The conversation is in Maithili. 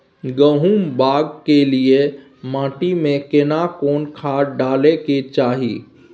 गहुम बाग के लिये माटी मे केना कोन खाद डालै के चाही?